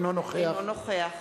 אינו נוכח